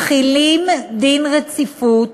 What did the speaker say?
מחילים דין רציפות